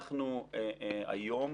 אנחנו היום